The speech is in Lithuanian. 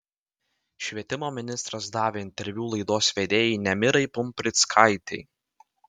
švietimo ministras davė interviu laidos vedėjai nemirai pumprickaitei